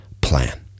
plan